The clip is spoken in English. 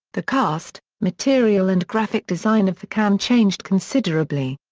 the cast, material and graphic design of the can changed considerably.